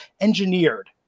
engineered